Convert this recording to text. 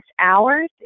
hours